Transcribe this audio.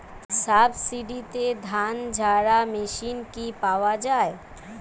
সাবসিডিতে ধানঝাড়া মেশিন কি পাওয়া য়ায়?